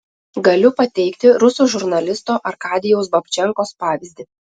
galiu pateikti rusų žurnalisto arkadijaus babčenkos pavyzdį